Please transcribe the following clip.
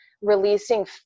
releasing